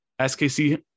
SKC